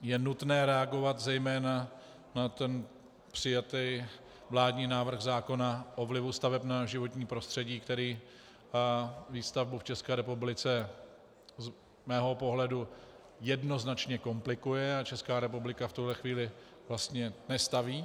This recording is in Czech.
Je nutné reagovat zejména na ten přijatý vládní návrh zákona o vlivu staveb na životní prostředí, který výstavbu v České republice z mého pohledu jednoznačně komplikuje, a Česká republika v tuhle chvíli vlastně nestaví.